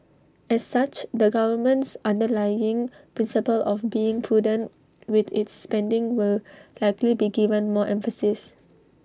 as such the government's underlying principle of being prudent with its spending will likely be given more emphasis